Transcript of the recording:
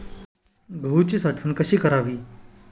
गहूची साठवण कशी करावी?